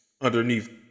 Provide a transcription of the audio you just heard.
underneath